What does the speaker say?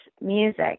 music